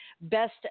Best